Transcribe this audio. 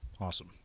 Awesome